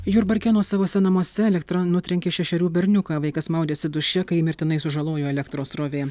jurbarke nuosavuose namuose elektra nutrenkė šešerių berniuką vaikas maudėsi duše kai jį mirtinai sužalojo elektros srovė